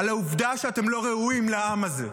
על העובדה שאתם לא ראויים לעם הזה.